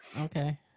Okay